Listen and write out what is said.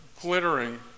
glittering